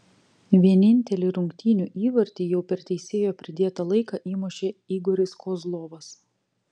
vienintelį rungtynių įvartį jau per teisėjo pridėtą laiką įmušė igoris kozlovas